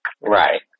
Right